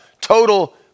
total